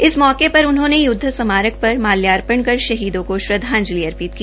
इस मौके पर उन्होंने युदध स्माकर पर माल्यपर्ण कर शहीदों को श्रद्धांजलि अर्पित की